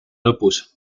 lõpus